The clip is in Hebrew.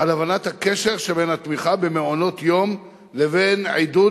על הבנת הקשר שבין התמיכה במעונות-יום לבין עידוד